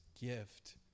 gift